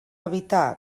evitar